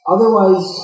Otherwise